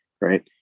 Right